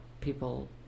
people